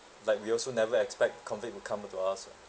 like we also never expect COVID will come to us [what]